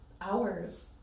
hours